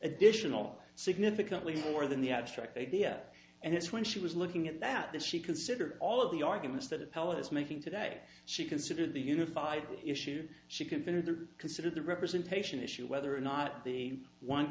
additional significantly more than the abstract idea and that's when she was looking at that that she considered all of the arguments that impel is making today she considered the unified issue she considered to consider the representation issue whether or not the one